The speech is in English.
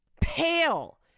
pale